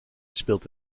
speelt